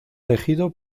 elegido